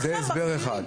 ועכשיו מחזירים.